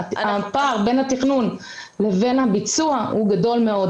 הפער בין התכנון לבין הביצוע הוא גדול מאוד,